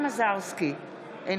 אינה נוכחת טטיאנה מזרסקי,